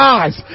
eyes